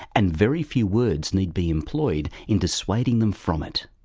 and very few words need be employed in dissuading them from it.